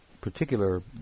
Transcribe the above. particular